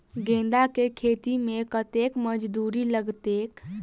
गेंदा केँ खेती मे कतेक मजदूरी लगतैक?